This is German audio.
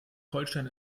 holstein